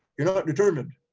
you're not determined.